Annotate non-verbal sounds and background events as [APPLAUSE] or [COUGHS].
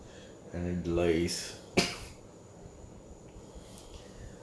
and it lays [COUGHS]